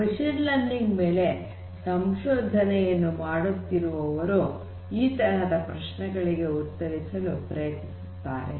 machine learning ಮೇಲೆ ಸಂಶೋಧನೆಯನ್ನು ಮಾಡುತ್ತಿರುವವರು ಈ ತರಹದ ಪ್ರಶ್ನೆಗಳಿಗೆ ಉತ್ತರಿಸಲು ಪ್ರಯತ್ನಿಸುತ್ತಾರೆ